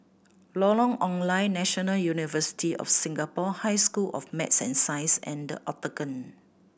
Lorong Ong Lye National University of Singapore High School of Math and Science and The Octagon